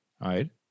right